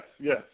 yes